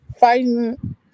Fighting